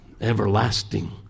Everlasting